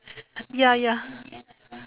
ya ya